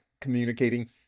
communicating